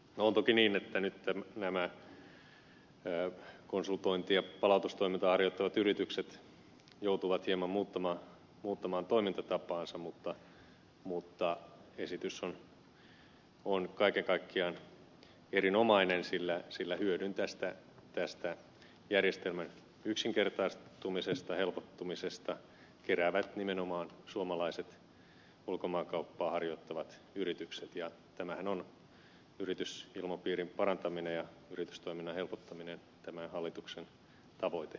on toki niin että nyt nämä konsultointia ja palautustoimintaa harjoittavat yritykset joutuvat hieman muuttamaan toimintatapaansa mutta esitys on kaiken kaikkiaan erinomainen sillä hyödyn tästä järjestelmän yksinkertaistumisesta ja helpottumisesta keräävät nimenomaan suomalaiset ulkomaankauppaa harjoittavat yritykset ja yritysilmapiirin parantaminen ja yritystoiminnan helpottaminenhan on tämän hallituksen tavoite